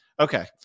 Okay